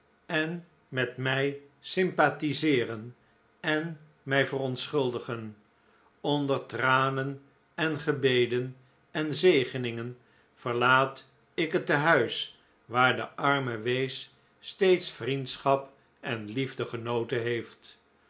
en met mij sympathiseeren en mij verontschuldigen onder tranen en gebeden en zegeningen verlaat ik het tehuis waar de arme wees steeds vriendschap en liefde genoten heeft